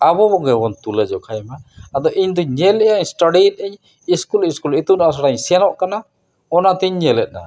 ᱟᱵᱚ ᱜᱮᱵᱚᱱ ᱛᱩᱞᱟᱹ ᱡᱚᱠᱷᱟᱭᱢᱟ ᱟᱫᱚ ᱤᱧ ᱫᱚᱧ ᱧᱮᱞᱮᱫᱼᱟ ᱮᱥᱴᱟᱰᱤᱭᱮᱫᱼᱟᱹᱧ ᱤᱥᱠᱩᱞ ᱤᱥᱠᱩᱞ ᱤᱛᱩᱱ ᱟᱥᱲᱟᱧ ᱥᱮᱱᱚᱜ ᱠᱟᱱᱟ ᱚᱱᱟᱛᱮᱧ ᱧᱮᱞᱮᱫᱟ